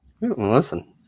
listen